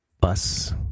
bus